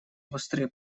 острые